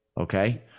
Okay